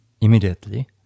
immediately